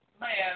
man